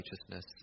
righteousness